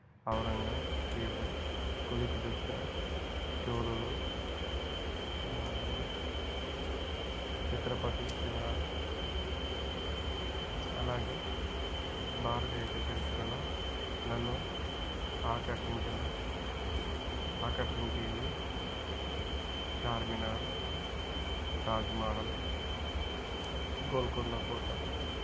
ఔరంగజేబు కులీ కుతుబ్షా చోళులు ఛత్రపతి శివ అలాగే భారతదేశ చరిత్రలో నన్ను ఆకర్షించిన ఆకర్షించేది ఛార్మినార్ తాజ్మహల్ గోల్కొండ కోట